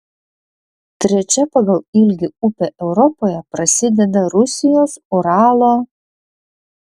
trečia pagal ilgį upė europoje prasideda rusijos uralo